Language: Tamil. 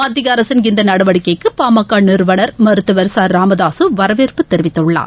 மத்திய அரசின் இந்த நடவடிக்கைக்கு பாமக நிறுவனர் மருத்துவர் ச ராமதாசு வரவேற்பு தெரிவித்துள்ளார்